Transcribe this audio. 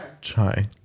chai